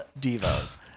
Devo's